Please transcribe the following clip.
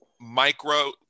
micro